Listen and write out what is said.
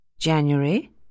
January